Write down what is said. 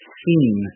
seen